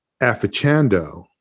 affichando